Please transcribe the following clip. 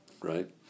right